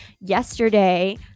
yesterday